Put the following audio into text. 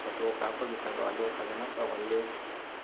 photo ꯀꯥꯞꯄꯒꯤ ꯊꯕꯛ ꯑꯗꯣ ꯐꯖꯅ ꯇꯧꯍꯜꯂꯤ